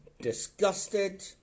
disgusted